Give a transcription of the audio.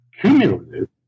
cumulative